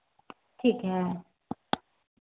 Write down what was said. ठीक है